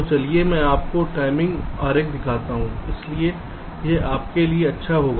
तो चलिए मैं आपको टाइमिंग आरेख दिखाता हूं इसलिए यह आपके लिए अच्छा होगा